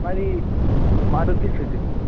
మరి మారుతి సుజుకి